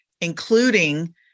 including